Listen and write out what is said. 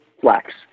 flex